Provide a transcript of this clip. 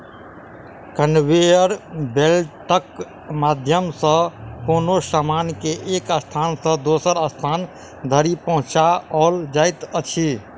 conveyor बेल्टक माध्यम सॅ कोनो सामान के एक स्थान सॅ दोसर स्थान धरि पहुँचाओल जाइत अछि